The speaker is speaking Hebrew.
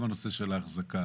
גם נושא האחזקה